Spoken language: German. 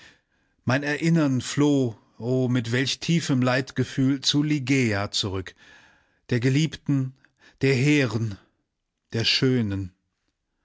mein erinnern floh o mit welch tiefem leidgefühl zu ligeia zurück der geliebten der hehren der schönen